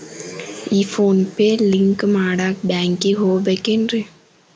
ಈ PhonePe link ಮಾಡಾಕ ಬ್ಯಾಂಕಿಗೆ ಹೋಗ್ಬೇಕೇನ್ರಿ?